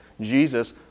Jesus